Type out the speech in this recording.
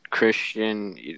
Christian